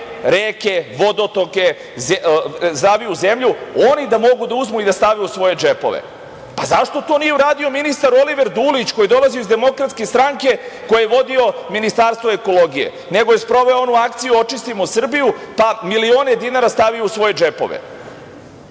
reke, vodotoke, zdraviju zemlju, oni da mogu da uzmu i da stave u svoje džepove. Zašto to nije uradio ministar Oliver Dulić koji je dolazio iz DS, koji je vodio Ministarstvo ekologije, nego je sproveo onu akciju "Očistimo Srbiju" pa milione dinara stavio u svoje džepove? Mi